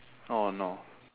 oh no